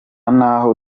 n’aho